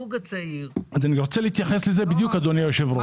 אני רוצה להתייחס לזה בדיוק, אדוני היושב-ראש.